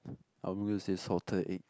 I'm gonna say salted egg